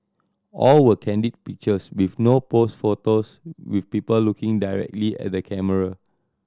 all were candid pictures with no pose photos with people looking directly at the camera